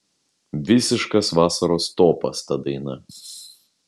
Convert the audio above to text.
visiškas vasaros topas ta daina